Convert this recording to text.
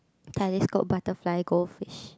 telescope butterfly goldfish